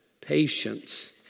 patience